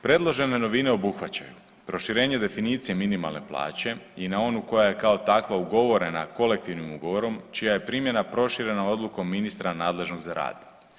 Predložene novine obuhvaćaju proširenje definicije minimalne plaće i na onu koja je kao takva ugovorena kolektivnim ugovorom čija je primjena proširena odlukom ministra nadležnog za rad.